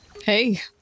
Hey